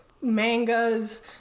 mangas